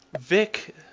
Vic